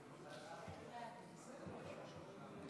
(תיקוני חקיקה להשגת יעדי התקציב לשנות התקציב 2017